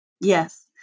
Yes